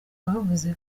rwavuze